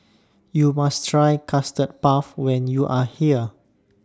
YOU must Try Custard Puff when YOU Are here